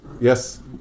yes